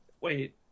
Wait